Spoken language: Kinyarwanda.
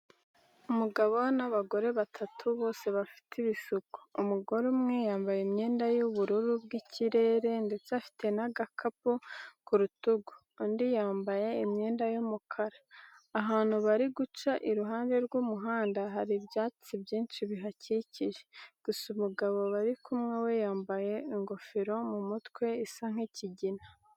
Umugabo n'abagore batatu bose bafite ibisuko, umugore umwe yambaye imyenda y'ubururu bw'ikirere ndetse afite n'agakapu ku rutugu, undi yambaye imyenda y'umukara, ahantu bari guca iruhande rw'umuhanda hari ibyatsi byinshi bihakikije, gusa umugabo bari kumwe we yambaye ingofero mu mutwe isa nk'ikigina.